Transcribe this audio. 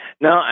No